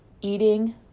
eating